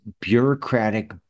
bureaucratic